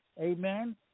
Amen